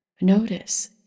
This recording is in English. Notice